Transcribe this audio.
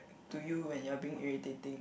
to you when you're being irritating